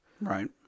right